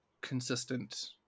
consistent